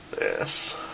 Yes